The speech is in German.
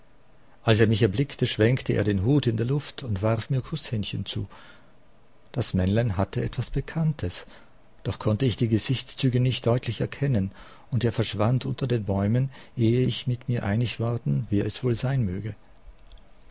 als er mich erblickte schwenkte er den hut in der luft und warf mir kußhändchen zu das männlein hatte etwas bekanntes doch konnte ich die gesichtszüge nicht deutlich erkennen und er verschwand unter den bäumen ehe ich mit mir einig worden wer es wohl sein möge